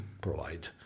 provide